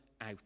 out